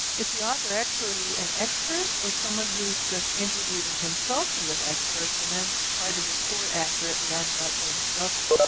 is the author actually an expert or someone who's just interviewed and consulted with experts and then tried to report accurately on what they discovered?